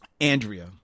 Andrea